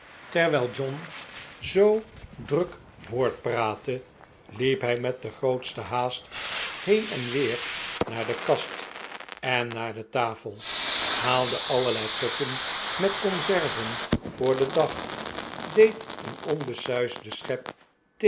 terwijl john zoo druk voortpraatte liep hij met de grootste haast heen en weer r naar de kast en naar de tafel haalde allerlei potten met conserven voor den dag deed een onbesuisden schep